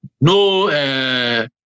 no